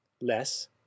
Less